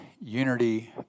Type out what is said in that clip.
unity